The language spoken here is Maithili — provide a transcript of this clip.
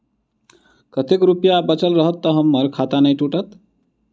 कतेक रुपया बचल रहत तऽ हम्मर खाता नै टूटत?